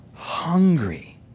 Hungry